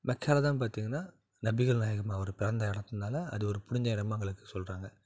மெக்காவிலதான் பார்த்திங்கன்னா நபிகள் நாயகம் அவர் பிறந்த இடத்துனால அது ஒரு புனித இடமா அவங்களுக்கு சொல்லுறாங்க